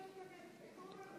אני אמסור לה.